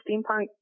steampunk